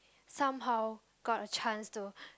somehow got a chance to